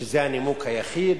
שזה הנימוק היחיד,